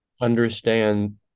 understand